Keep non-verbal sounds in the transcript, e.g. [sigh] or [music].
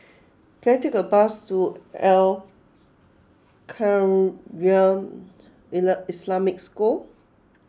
can I take a bus to Al Khairiah [noise] Islamic School